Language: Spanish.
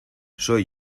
soy